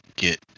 get